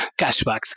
Cashbacks